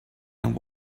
and